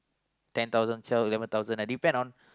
ten thousand shelf eleven thousand ah depend on